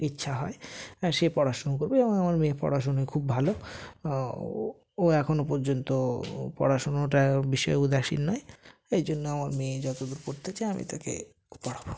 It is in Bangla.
ইচ্ছা হয় সে পড়াশুনো করবে এবং আমার মেয়ে পড়াশুনোয় খুব ভালো ও এখনও পর্যন্ত পড়াশুনোটায় বিষয়ে উদাসীন নয় এই জন্য আমার মেয়ে যতো দূর পড়তে চায় আমি তাকে পড়াবো